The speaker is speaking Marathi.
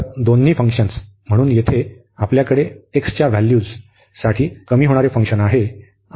तर दोन्ही फंक्शन्स म्हणून येथे आपल्याकडे x च्या व्हॅल्यूज साठी कमी होणारे फंक्शन आहे